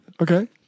okay